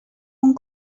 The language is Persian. اون